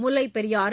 Mullaperiyar